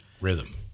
rhythm